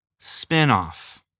Spinoff